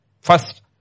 first